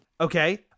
Okay